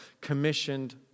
commissioned